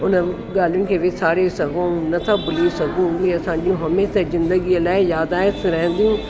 उन ॻाल्हियुनि खे विसारे सघूं नथा भुली सघूं उहे असांजी हमेशह ज़िंदगीअ लाइ यादि आहे रहिंदी